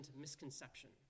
misconception